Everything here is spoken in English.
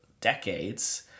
decades